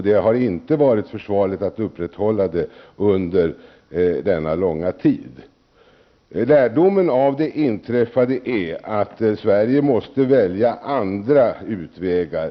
Det har inte varit försvarligt att upprätthålla det under så lång tid. Lärdomen av det inträffade är att Sverige måste välja andra utvägar.